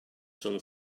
sun